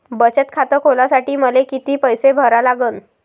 बचत खात खोलासाठी मले किती पैसे भरा लागन?